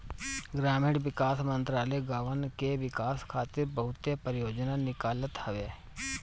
ग्रामीण विकास मंत्रालय गांवन के विकास खातिर बहुते परियोजना निकालत हवे